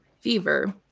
fever